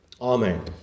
Amen